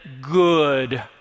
good